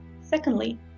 Secondly